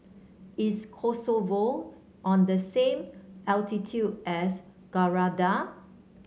is Kosovo on the same latitude as Grenada